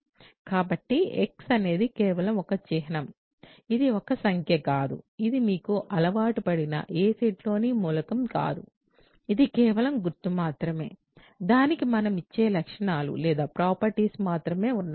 కాబట్టి x అనేది కేవలం ఒక చిహ్నం ఇది ఒక సంఖ్య కాదు ఇది మీకు అలవాటుపడిన ఏ సెట్లోని మూలకం కాదు ఇది కేవలం గుర్తు మాత్రమే దానికి మనం ఇచ్చే లక్షణాలు మాత్రమే ఉన్నాయి